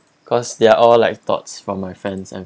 cause they are all like thoughts from my friends and